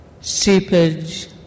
seepage